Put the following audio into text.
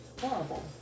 horrible